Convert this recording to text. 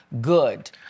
good